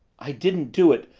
i didn't do it!